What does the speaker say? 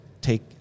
take